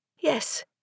Yes